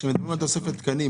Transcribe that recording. כשמדברים על תוספת תקנים,